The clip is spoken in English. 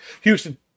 houston